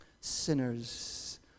sinners